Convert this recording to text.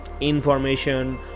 information